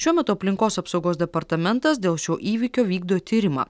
šiuo metu aplinkos apsaugos departamentas dėl šio įvykio vykdo tyrimą